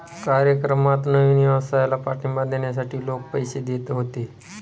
कार्यक्रमात नवीन व्यवसायाला पाठिंबा देण्यासाठी लोक पैसे देत होते